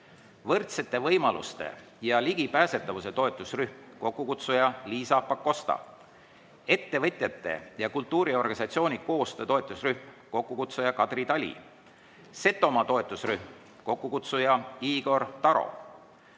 võrdsete võimaluste ja ligipääsetavuse toetusrühm, kokkukutsuja Liisa Pakosta; ettevõtjate ja kultuuriorganisatsioonide koostöö toetusrühm, kokkukutsuja Kadri Tali; Setomaa toetusrühm, kokkukutsuja Igor Taro;